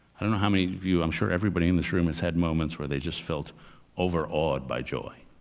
i don't know how many of you, i'm sure everybody in this room has had moments where they just felt overawed by joy.